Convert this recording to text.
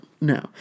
no